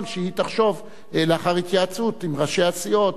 שהיא תחשוב לאחר התייעצות עם ראשי הסיעות,